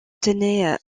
tenait